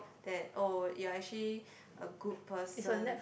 that oh you're actually a good person